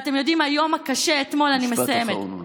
אתם יודעים, היום הקשה אתמול, נא לסיים.